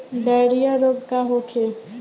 Diarrhoea रोग का होखे?